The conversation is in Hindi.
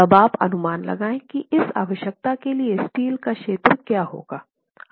अब आप अनुमान लगाए कि इस आवश्यकता के लिए स्टील का क्षेत्र क्या होगा